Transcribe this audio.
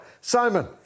Simon